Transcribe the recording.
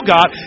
God